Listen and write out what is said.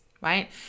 right